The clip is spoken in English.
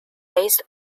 based